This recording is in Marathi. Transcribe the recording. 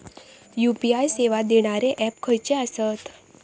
यू.पी.आय सेवा देणारे ऍप खयचे आसत?